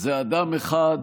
זה אדם אחד,